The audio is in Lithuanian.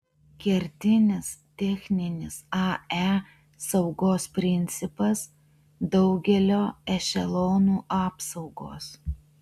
kertinis techninis ae saugos principas daugelio ešelonų apsaugos